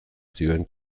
zioen